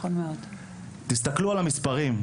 תסתכלו על המספרים,